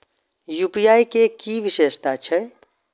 UPI के कि विषेशता छै?